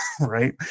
right